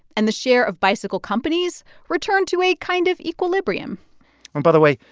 and the share of bicycle companies returned to a kind of equilibrium and by the way,